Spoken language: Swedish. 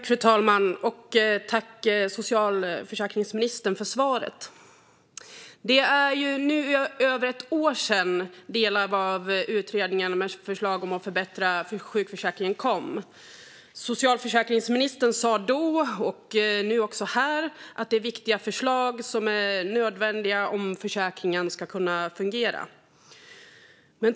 Fru talman! Tack, socialförsäkringsministern, för svaret! Det är nu över ett år sedan som delar av utredningen om att förbättra sjukförsäkringen kom med förslag. Socialförsäkringsministern sa då och även nu att det var viktiga och nödvändiga förslag om försäkringen ska fungera.